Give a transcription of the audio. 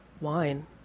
wine